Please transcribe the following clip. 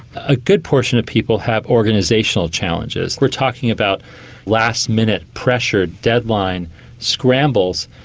a good portion of people have organisational challenges. we're talking about last-minute pressured deadline scrambles,